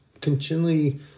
continually